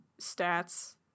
stats